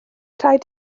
rhaid